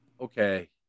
okay